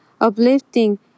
uplifting